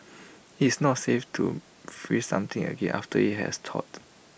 IT is not safe to freeze something again after IT has thawed